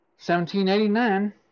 1789